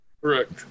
correct